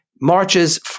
marches –